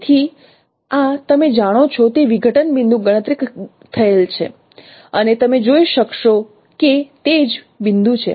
તેથી આ તમે જાણો છો તે વિઘટન બિંદુ ગણતરી થયેલ છે અને તમે જોઈ શકશો કે તે જ બિંદુ છે